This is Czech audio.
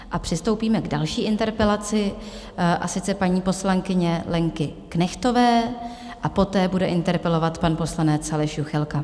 A přistoupíme k další interpelaci, a sice paní poslankyně Lenky Knechtové, a poté bude interpelovat pan poslanec Aleš Juchelka.